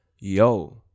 yo